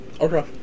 Okay